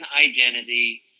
identity